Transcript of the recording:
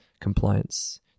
compliance